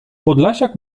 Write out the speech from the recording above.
podlasiak